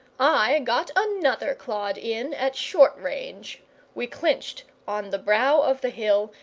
i got another clod in at short range we clinched on the brow of the hill,